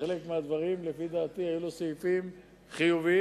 בחלק מהדברים, לפי דעתי, היו לו סעיפים חיוביים.